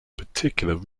particular